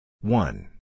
One